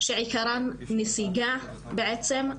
שעיקרן היא נסיגה בעצם,